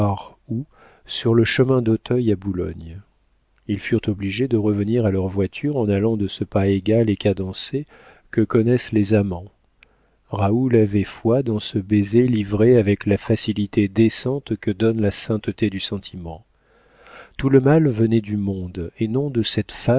où sur le chemin d'auteuil à boulogne ils furent obligés de revenir à leurs voitures en allant de ce pas égal et cadencé que connaissent les amants raoul avait foi dans ce baiser livré avec la facilité décente que donne la sainteté du sentiment tout le mal venait du monde et non de cette